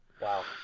Wow